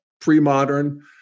pre-modern